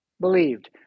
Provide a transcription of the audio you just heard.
believed